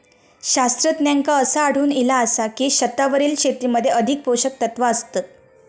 शास्त्रज्ञांका असा आढळून इला आसा की, छतावरील शेतीमध्ये अधिक पोषकतत्वा असतत